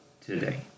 today